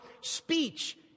speech